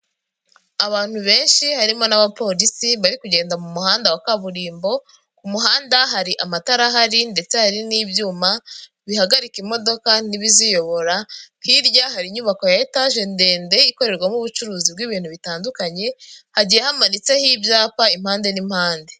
Abantu benshi harimo n'abapolisi bari kugenda mu muhanda wa kaburimbo ku muhanda hari amatara ahari ndetse hari n'ibyuma bihagarika imodoka n'ibiziyobora, hirya hari inyubako ya etaje ndende ikorerwamo ubucuruzi bw'ibintu bitandukanye hagiye hamanitseho ibyapa impande n'impande.